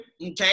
okay